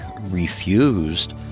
refused